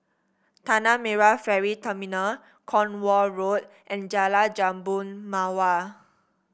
Tanah Merah Ferry Terminal Cornwall Road and Jalan Jambu Mawar